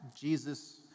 jesus